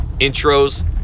intros